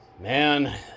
man